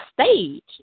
stage